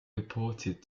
deported